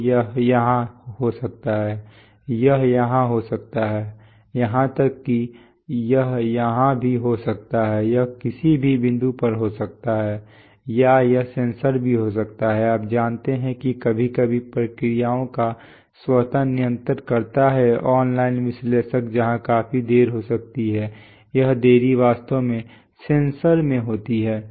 तो यह यहाँ हो सकता है यह यहाँ हो सकता है यहाँ तक कि यह यहाँ भी हो सकता है यह किसी भी बिंदु पर हो सकता है या यह सेंसर में भी हो सकता है आप जानते हैं कि कभी कभी प्रक्रियाओं को स्वत नियंत्रित करता है और ऑनलाइन विश्लेषक जहां काफी देरी हो सकती है यह देरी वास्तव में सेंसर में होती है